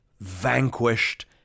vanquished